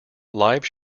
live